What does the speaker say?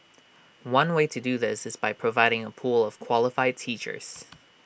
one way to do this is by providing A pool of qualified teachers